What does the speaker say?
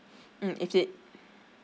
mm if it